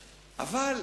אבל,